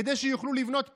כדי שיוכלו לבנות פרגולה,